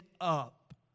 up